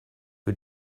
who